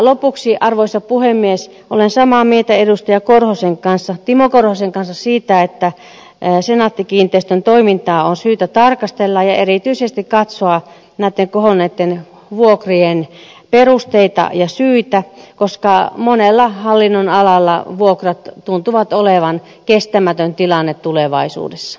lopuksi arvoisa puhemies olen samaa mieltä edustaja timo korhosen kanssa siitä että senaatti kiinteistöjen toimintaa on syytä tarkastella ja erityisesti katsoa näitten kohonneitten vuokrien perusteita ja syitä koska monella hallinnonalalla vuokrat tuntuvat olevan kestämätön tilanne tulevaisuudessa